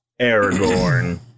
Aragorn